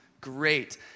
great